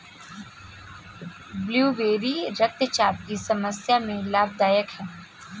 blueberry रक्तचाप की समस्या में लाभदायक है